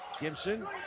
Gibson